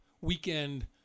weekend